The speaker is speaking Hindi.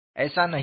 एसा नही है